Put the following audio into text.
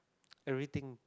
everything